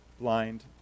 blind